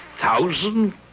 thousand